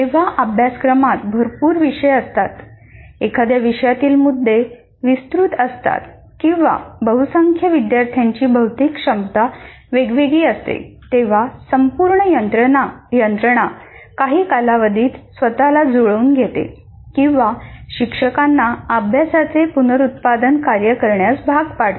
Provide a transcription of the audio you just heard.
जेव्हा अभ्यासक्रमात भरपूर विषय असतात एखाद्या विषयातील मुद्दे विस्तृत असतात किंवा बहुसंख्य विद्यार्थ्यांची बौद्धिक क्षमता वेगवेगळे असते तेव्हा संपूर्ण यंत्रणा काही कालावधीत स्वतःला जुळवून घेते किंवा शिक्षकांना अभ्यासाचे पुनरुत्पादन कार्य करण्यास भाग पाडते